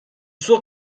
suo